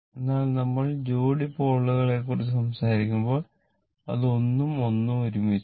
എന്നാൽ നമ്മൾ ജോഡി പോളുകളെക്കുറിച്ച് സംസാരിക്കുമ്പോൾ അത് 1 ഉം 1 ഉം ഒരുമിച്ചാണ്